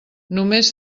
només